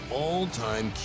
all-time